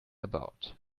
about